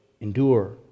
Endure